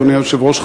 אדוני היושב-ראש,